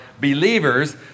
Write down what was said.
believers